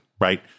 Right